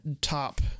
top